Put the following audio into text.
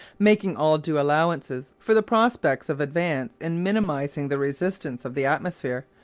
making all due allowances for the prospects of advance in minimising the resistance of the atmosphere,